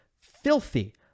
filthy